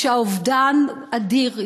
שהאובדן שלה אדיר.